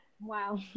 wow